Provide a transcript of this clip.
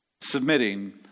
submitting